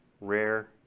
rare